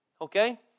okay